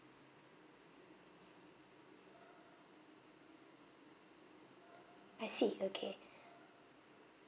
I see okay